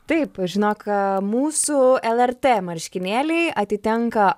taip žinok mūsų lrt marškinėliai atitenka